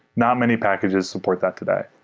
not many packages support that today.